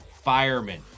firemen